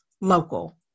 local